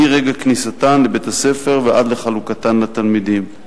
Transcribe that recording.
מרגע כניסתן לבית-הספר ועד חלוקתן לתלמידים.